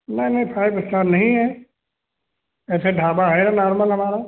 नहीं नहीं five star नही है ऐसे ढाबा है नोर्मल हमारा